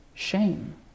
shame